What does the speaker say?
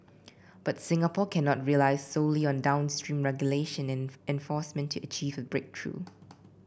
but Singapore cannot rely solely on downstream regulation and enforcement to achieve a breakthrough